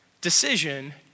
decision